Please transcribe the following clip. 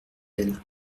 elle